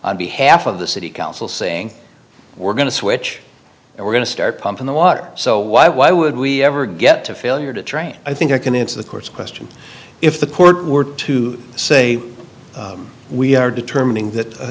on behalf of the city council saying we're going to switch and we're going to start pumping the water so why why would we ever get to failure to train i think i can answer the court's question if the court were to say we are determining that